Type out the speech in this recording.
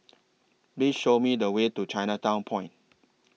Please Show Me The Way to Chinatown Point